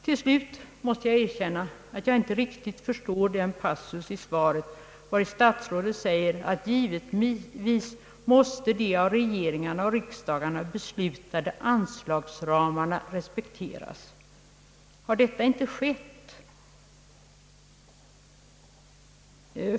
Till slut måste jag erkänna att jag inte riktigt förstår den passus i svaret, vari statsrådet säger att »givetvis måste de av regeringarna och riksdagarna beslutade anslagsramarna respekteras». Har detta hittills inte skett?